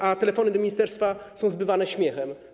A telefony do ministerstwa są zbywane śmiechem.